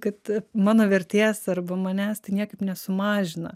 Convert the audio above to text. kad mano vertės arba manęs tai niekaip nesumažina